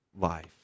life